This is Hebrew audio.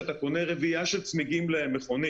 כתוצאה מזה אנחנו רואים ירידה גם במספר ההרוגים.